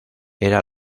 era